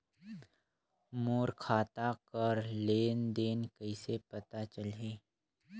मोर खाता कर लेन देन कइसे पता चलही?